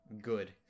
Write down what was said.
good